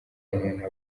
umuntu